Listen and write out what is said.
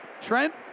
Trent